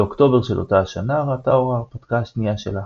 באוקטובר של אותה השנה ראתה אור ההרפתקה השנייה שלה,